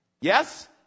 Yes